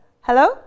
Hello